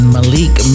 Malik